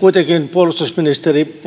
kuitenkin puolustusministeri